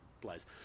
place